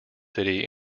city